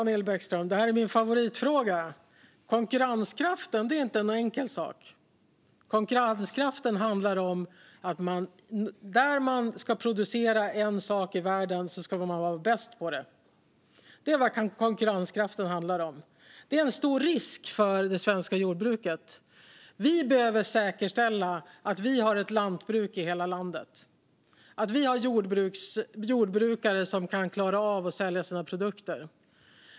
Fru talman! Detta är min favoritfråga, Daniel Bäckström. Konkurrenskraften är inte en enkel sak. Konkurrenskraften handlar om att där man ska producera en sak i världen ska man vara bäst på det. Det är vad konkurrenskraften handlar om. Det är en stor risk för det svenska jordbruket. Vi behöver säkerställa att vi har lantbruk i hela landet och att vi har jordbrukare som klarar av att sälja sina produkter.